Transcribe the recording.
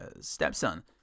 stepson